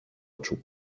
oczu